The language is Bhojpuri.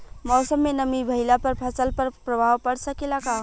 मौसम में नमी भइला पर फसल पर प्रभाव पड़ सकेला का?